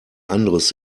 anderes